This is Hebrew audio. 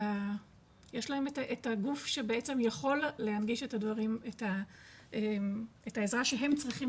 להם את הגוף שיכול בעצם להנגיש את העזרה שהם צריכים